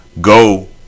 go